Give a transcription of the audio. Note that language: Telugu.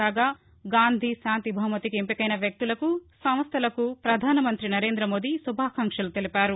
కాగా గాంధీ శాంతి బహుమతికి ఎంపికైన వ్యక్తులకు సంస్థలకు పధాన మంత్రి నరేందమోదీ శుభాకాంక్షలు తెలిపారు